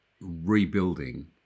rebuilding